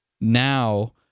now